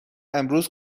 امروز